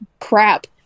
crap